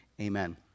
amen